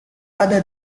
ada